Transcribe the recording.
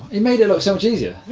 he made it look so yeah